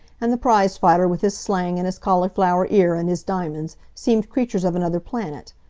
and the prizefighter with his slang, and his cauliflower ear, and his diamonds, seemed creatures of another planet.